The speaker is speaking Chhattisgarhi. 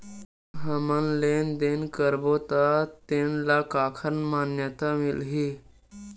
हमन लेन देन करबो त तेन ल काखर मान्यता मिलही?